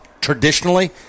Traditionally